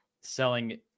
selling